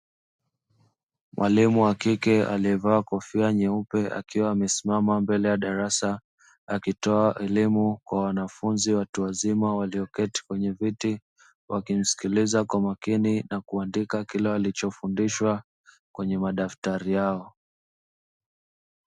Mwalimu wa kike aliyevaa kofia nyeupe, akiwa amesimama mbele ya darasa akitoa elimu kwa wanafunzi watu wazima walioketi kwenye vyeti, wakimsikiliza kwa makini na kuandika kila walichofundishwa kwenye madaftari yao.